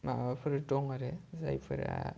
माबाफोर दं आरो जायफोरा